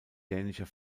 dänischer